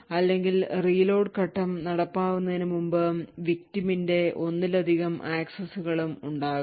അല്ലെങ്കിൽ reload ഘട്ടം നടപ്പാക്കുന്നതിന് മുമ്പ് victim ന്റെ ഒന്നിലധികം ആക്സസ്സുകളും ഉണ്ടാകാം